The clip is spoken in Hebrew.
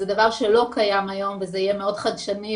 זה דבר שלא קיים היום וזה יהיה מאוד חדשני,